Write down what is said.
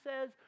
says